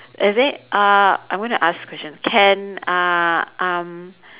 uh I want to ask you a question can uh um